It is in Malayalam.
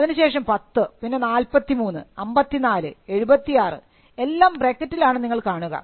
അതിനുശേഷം 10 പിന്നെ 43 5476 എല്ലാം ബ്രാക്കറ്റിൽ ആണ് നിങ്ങൾ കാണുക